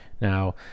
Now